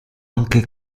anche